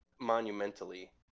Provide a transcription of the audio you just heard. monumentally